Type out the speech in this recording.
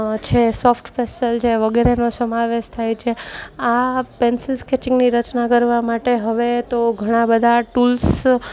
છે soft pastel છે વગેરેનો સમાવેશ થાય છે આ પેન્સિલ સ્કેચિંગની રચના કરવા માટે હવે તો ઘણાબધા ટૂલ્સ